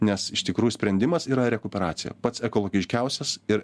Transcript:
nes iš tikrųjų sprendimas yra rekuperacija pats ekologiškiausias ir